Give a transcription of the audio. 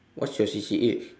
what's your C_C_A